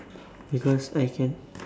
because I can